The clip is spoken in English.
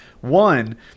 One